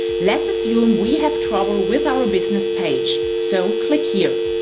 let's assume we have trouble with our business page, so click here.